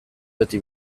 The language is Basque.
beti